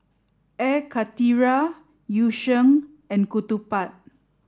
air karthira yu sheng and ketupat